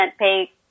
pay